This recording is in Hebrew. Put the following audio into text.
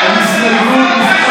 אנחנו נצביע על הסתייגות מס'